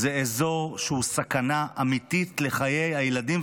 זה אזור שהוא סכנה אמיתית לחיי הילדים,